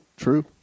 true